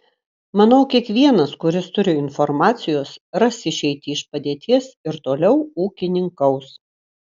manau kiekvienas kuris turi informacijos ras išeitį iš padėties ir toliau ūkininkaus